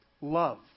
love